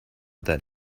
that